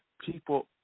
people